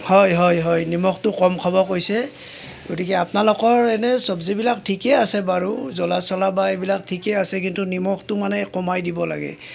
হয় হয় হয় নিমখটো কম খাব কৈছে গতিকে আপনালোকৰ এনে চবজিবিলাক ঠিকে আছে বাৰু জ্বলা চলা বা এইবিলাক ঠিকে আছে কিন্তু নিমখটো মানে কমাই দিব লাগে